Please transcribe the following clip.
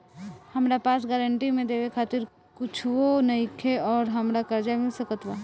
हमरा पास गारंटी मे देवे खातिर कुछूओ नईखे और हमरा कर्जा मिल सकत बा?